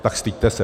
Tak styďte se!